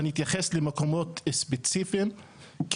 ואני אתייחס למקומות ספציפיים.